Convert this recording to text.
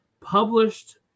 published